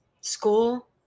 school